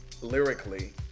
lyrically